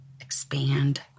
expand